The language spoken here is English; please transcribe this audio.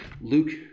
Luke